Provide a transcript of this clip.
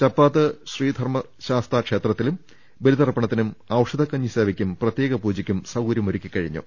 ചപ്പാത്ത് ശ്രീധർമ്മശാസ്താക്ഷേത്രത്തിലും ബലിതർപ്പണ ത്തിനും ഒഷധക്കഞ്ഞിസേവക്കും പ്രത്യേക പൂജയ്ക്കും സൌക ര്യമൊരുക്കിക്കഴിഞ്ഞു